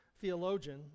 theologian